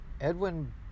Edwin